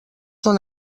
són